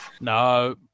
No